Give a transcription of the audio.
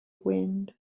wind